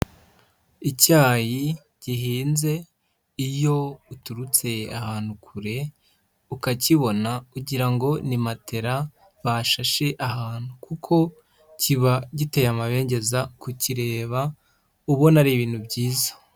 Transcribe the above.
Icyayi gihinze iyo uturutse ahantu kure ukakibona ugira ngo ni matela bashashe ahantu, kuko kiba giteye amabengeza kukireba ubona ari ibintu byiza.